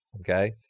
okay